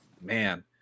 man